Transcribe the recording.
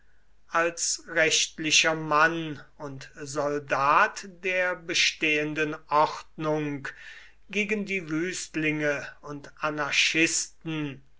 als rechtlicher mann und soldat der bestehenden ordnung gegen die wüstlinge und anarchisten